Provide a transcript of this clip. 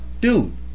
dude